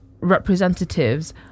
representatives